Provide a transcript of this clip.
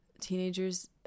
teenagers